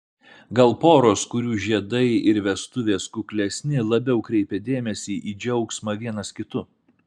gal poros kurių žiedai ir vestuvės kuklesni labiau kreipia dėmesį į džiaugsmą vienas kitu